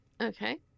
Okay